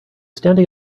standing